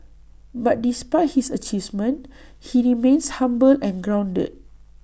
but despite his achievements he remains humble and grounded